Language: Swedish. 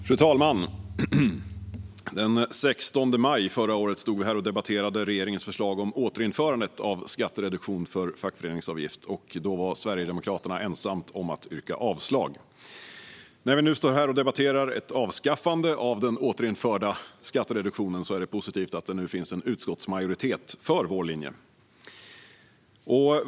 Fru talman! Den 16 maj förra året stod vi här och debatterade regeringens förslag om återinförande av skattereduktion för fackföreningsavgift, och då var Sverigedemokraterna ensamma om att yrka avslag. När vi nu står här och debatterar ett avskaffande av den återinförda skattereduktionen är det positivt att det finns en utskottsmajoritet för vår linje.